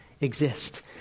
exist